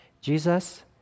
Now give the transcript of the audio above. Jesus